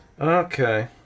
Okay